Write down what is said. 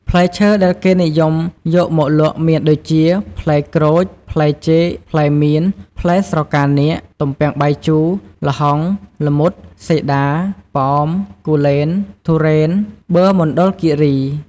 ផ្លែឈើដែលគេនិយមយកមកលក់មានដូចជា ផ្លែក្រូច ផ្លែចេក ផ្លែមៀន ផ្លែស្រកានាគ ទំពាំងបាយជូរ ល្ហុង ល្មុត សេដា ប៉ោម គូលែន ទុរេន ប៊ឺមណ្ឌលគិរី។